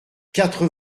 quatre